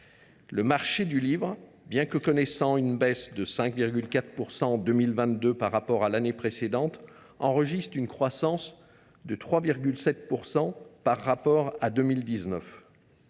Le marché du livre, bien qu’en baisse de 5,4 % en 2022 par rapport à l’année précédente, enregistre une croissance de 3,7 % par rapport à 2019.